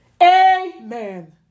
Amen